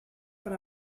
per